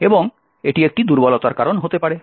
এবং এটি একটি দুর্বলতার কারণ হতে পারে